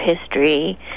history